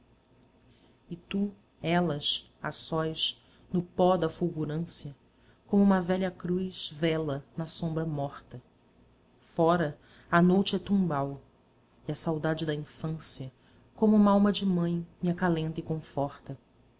e tu elas a sós no pó da fulgurância como uma velha cruz vela na sombra morta fora a noute é tumbal e a saudade da infância como umalma de mãe me acalenta e conforta